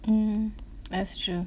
mm that's true